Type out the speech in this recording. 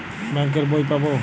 Bank এর বই পাবো?